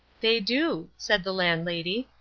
they do, said the landlady.